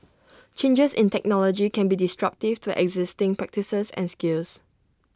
changes in technology can be disruptive to existing practices and skills